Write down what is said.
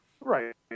right